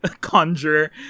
conjure